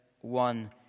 one